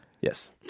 Yes